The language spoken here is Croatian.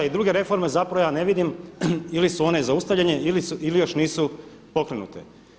I druge reforme zapravo ja ne vidim ili su one zaustavljene ili još nisu pokrenute.